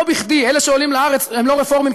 לא בכדי אלה שעולים לארץ הם לא רפורמים,